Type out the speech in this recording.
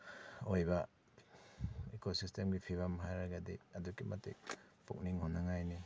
ꯑꯣꯏꯕ ꯏꯀꯣ ꯁꯤꯁꯇꯦꯝꯒꯤ ꯐꯤꯕꯝ ꯍꯥꯏꯔꯒꯗꯤ ꯑꯗꯨꯛꯀꯤ ꯃꯇꯤꯛ ꯄꯨꯛꯅꯤꯡ ꯍꯨꯅꯤꯡꯉꯥꯏꯅꯤ